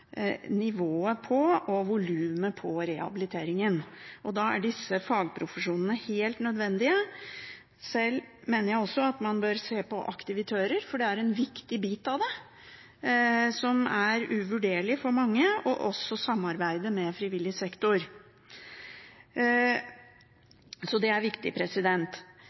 nivået på og volumet av rehabiliteringen. Da er disse fagprofesjonene helt nødvendige. Selv mener jeg også at man bør se på aktivitører, for det er en viktig bit som er uvurderlig for mange, og også samarbeidet med frivillig sektor. Det er viktig.